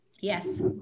Yes